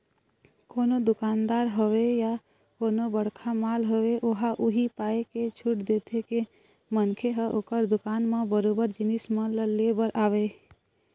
कोनो दुकानदार होवय या कोनो बड़का मॉल होवय ओहा उही पाय के छूट देथे के मनखे ह ओखर दुकान म बरोबर जिनिस मन ल ले बर आवय